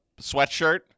sweatshirt